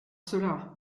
cela